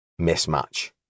mismatch